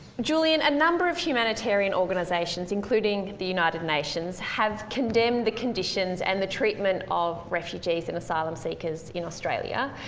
julian a number of humanitarian organisations, including the united nations, have condemned the conditions and the treatment of refugees and asylum seekers in australia.